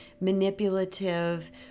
manipulative